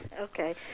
okay